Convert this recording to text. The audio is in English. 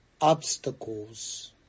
Obstacles